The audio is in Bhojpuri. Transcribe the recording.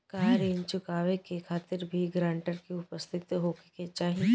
का ऋण चुकावे के खातिर भी ग्रानटर के उपस्थित होखे के चाही?